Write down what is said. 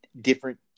different